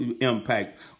impact